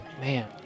man